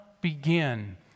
begin